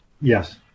Yes